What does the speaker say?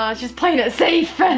ah she's playing it safe.